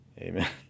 Amen